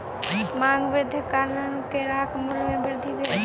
मांग वृद्धिक कारणेँ केराक मूल्य में वृद्धि भेल